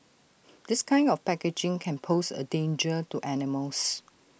this kind of packaging can pose A danger to animals